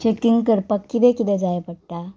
checking करपाक किदें किदें जाय पडटा